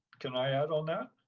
can i add on that?